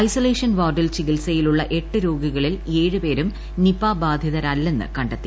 isolation വാർഡിൽ ചികിത്സയി ലുള്ള എട്ട് രോഗികളിൽ ഏഴ് പേരും നിപ ബാധിതരല്ലെന്ന് കണ്ടെ ത്തി